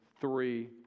three